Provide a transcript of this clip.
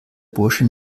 bursche